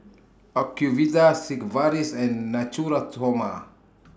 Ocuvite Sigvaris and Natura Stoma